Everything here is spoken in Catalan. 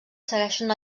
segueixen